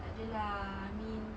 takde lah I mean